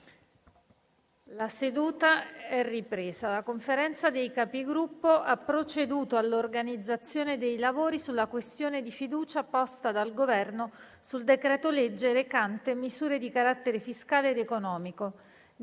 una nuova finestra"). La Conferenza dei Capigruppo ha proceduto all'organizzazione dei lavori sulla questione di fiducia posta dal Governo sul decreto-legge recante misure di carattere fiscale ed economico,